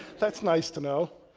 that's nice to know.